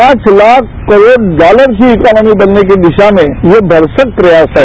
पांच लाख करोड डॉलर की इकॉनोमी बनने की दिशा में ये भरसक प्रयास है